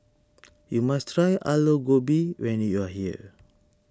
you must try Aloo Gobi when you are here